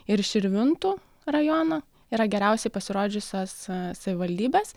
ir širvintų rajono yra geriausiai pasirodžiusios savivaldybės